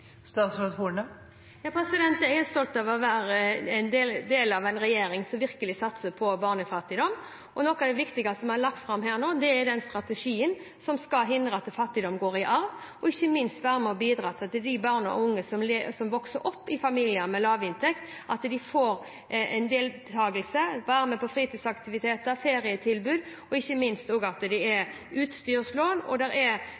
Jeg er stolt av å være del av en regjering som virkelig satser på barnefattigdom. Noe av det viktigste vi har lagt fram nå, er den strategien som skal hindre at fattigdom går i arv, og være med og bidra til at barn og unge som vokser opp i familier med lav inntekt, får delta i fritidsaktiviteter og får ferietilbud, og ikke minst at det er utstyrslån. Det er flere andre tiltak som regjeringen har lagt fram, både gratis kjernetid i barnehagen, reduserte barnehagepriser for lavinntektsfamilier og bostøtte til de familiene som har store boutgifter. Så det er